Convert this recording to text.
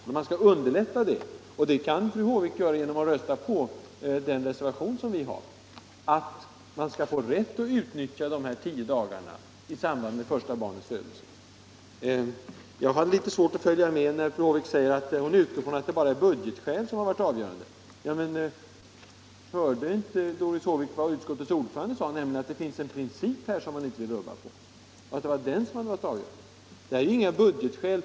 Men man skall underlätta detta, och det kan fru Håvik göra genom att rösta på vår reservation om att pappan skall få rätt att utnyttja de här tio dagarna i samband med första barnets födelse. Jag har litet svårt att följa med när fru Håvik utgår ifrån att det bara är budgetskäl som här varit avgörande. Hörde inte Doris Håvik vad utskottets ordförande sade, nämligen att det finns en princip här som man inte vill rubba på och att det är den som har varit avgörande. Det är ju inte fråga om några budgetskäl.